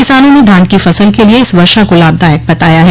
किसानों ने धान की फसल के लिए इस वर्षा को लाभदायक बताया ह